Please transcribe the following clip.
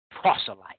proselyte